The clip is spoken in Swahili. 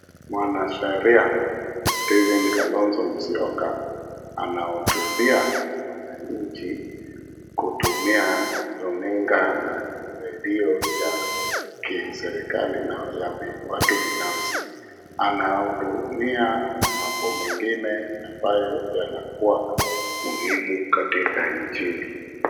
Wanasheria Steven Kalonzo Musyoka anahotubia nchi kutumia runinga na redio ya kiserikali na watu binafsi. Anahudumia mambo mengine ambayo alikuwa muhimu katika nchini.